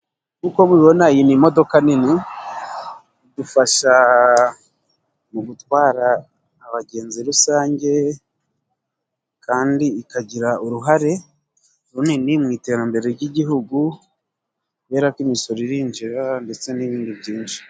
Nk'uko mubibona iyi ni imodoka nini. Idufasha mu gutwara abagenzi rusange, kandi ikagira uruhare runini mu iterambere ry'Igihugu kubera ko imisoro irinjira ndetse n'ibindi byinshi.